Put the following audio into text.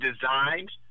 designed